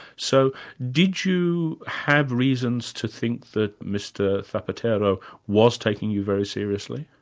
so did you have reasons to think that mr zapatero was taking you very seriously?